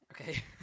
Okay